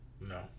No